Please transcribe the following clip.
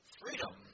freedom